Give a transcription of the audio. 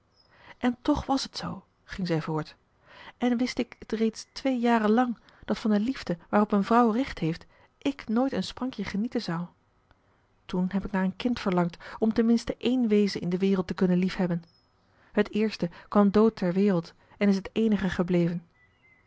en toch was t zoo ging zij voort en wist ik het reeds twee jaren lang dat van de liefde waarop een vrouw recht heeft ik nooit een sprankje genieten zou toen heb ik naar een kind verlangd om ten minste één wezen in de wereld te kunnen liefhebben het eerste kwam dood ter wereld en is het eenige gebleven